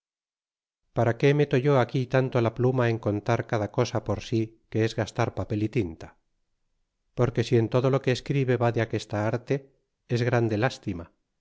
para qué meto yo aquí tanto la pluma en contar cada cosa por si que es gastar papel y tinta porque si en todo lo que escribe va de aquesta arte es grande lástima